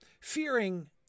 Fearing